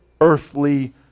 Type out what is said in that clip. earthly